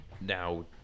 Now